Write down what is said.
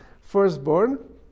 firstborn